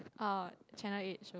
oh channel eight show